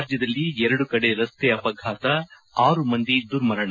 ರಾಜ್ಯದಲ್ಲಿ ಎರಡು ಕಡೆ ರಸ್ತೆ ಅಪಘಾತ ಆರು ಮಂದಿ ದುರ್ಮರಣ